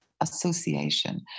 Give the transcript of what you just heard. association